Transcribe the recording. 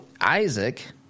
Isaac